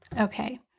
Okay